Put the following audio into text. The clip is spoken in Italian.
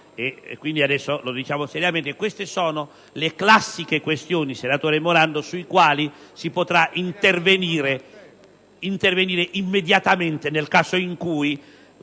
- e lo dico seriamente - queste sono le classiche questioni, senatore Morando, sulle quali si potrà intervenire immediatamente nel caso in cui